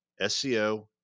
SEO